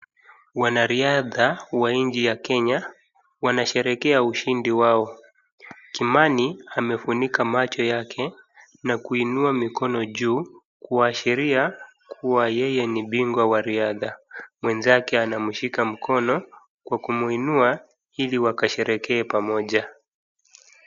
Wanariadha wa nchi ya kenya wanasherekea ushindi wao. Kimani amefunika macho yake na kuinua mkono juu kuashiria kua yeye ni bingwa wa riadha, mwenzake anamshika mkono kwa kuminua ili wakasherekee pamoja.